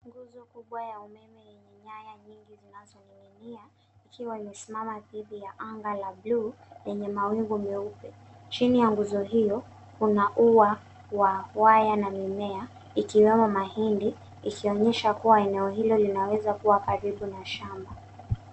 Nguzo kubwa ya umeme yenye nyaya nyingi zinazoning'inia ikiwa imesimama dhidi ya anga la bluu lenye mawingu meupe. Chini ya nguzo hiyo, kuna ua wa waya na mimea ikiwemo mahindi ikionyesha kuwa eneo hilo linaweza kuwa karibu na shamba.